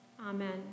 Amen